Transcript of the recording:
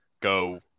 go